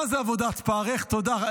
תודה.